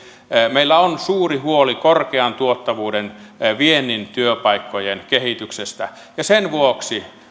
meillä on suuri huoli korkean tuottavuuden viennin työpaikkojen kehityksestä ja sen vuoksi